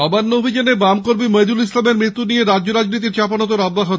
নবান্ন অভিযানে বাম কর্মী মইদুল ইসালামের মৃত্যু নিয়ে রাজ্য রাজনীতির চাপানোতর অব্যাহত